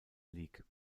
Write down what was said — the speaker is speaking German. league